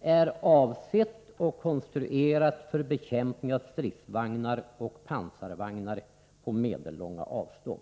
är avsett och konstruerat för bekämpning av stridsvagnar och pansarvagnar på medellånga avstånd.